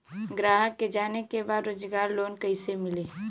ग्राहक के जाने के बा रोजगार लोन कईसे मिली?